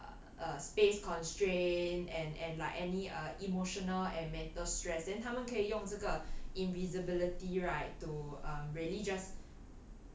err a space constraint and and like any uh emotional and mental stress then 他们可以用这个 invisibility right to um really just